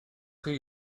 chi